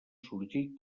sorgir